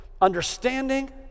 understanding